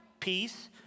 peace